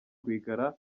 rwigara